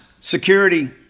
Security